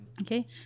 okay